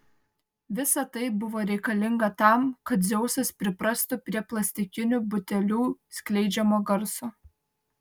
visa tai buvo reikalinga tam kad dzeusas priprastų prie plastikinių butelių skleidžiamo garso